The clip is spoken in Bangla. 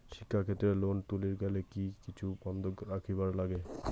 শিক্ষাক্ষেত্রে লোন তুলির গেলে কি কিছু বন্ধক রাখিবার লাগে?